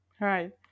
right